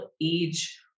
age